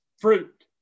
fruit